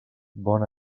bon